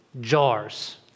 jars